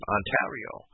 Ontario